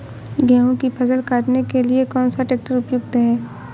गेहूँ की फसल काटने के लिए कौन सा ट्रैक्टर उपयुक्त है?